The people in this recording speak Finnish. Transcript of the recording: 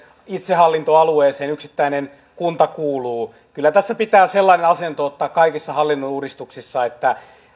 itsehallintoalueeseen yksittäinen kunta kuuluu kyllä tässä pitää sellainen asento ottaa kaikissa hallinnon uudistuksissa että